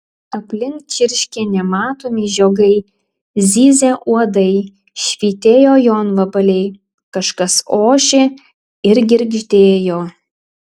aplink čirškė nematomi žiogai zyzė uodai švytėjo jonvabaliai kažkas ošė ir girgždėjo